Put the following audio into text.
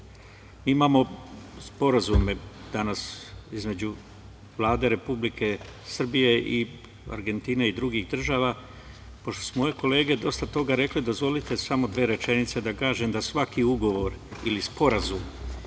imamo sporazume između Vlade Republike Srbije i Argentine i drugih država. Pošto su moje kolege dosta toga rekle, dozvolite samo dve rečenice da kažem, da svaki ugovor ili sporazum